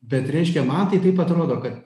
bet reiškia man tai taip atrodo kad